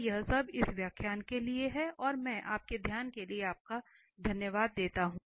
तो यह सब इस व्याख्यान के लिए है और मैं आपके ध्यान के लिए धन्यवाद देता हूं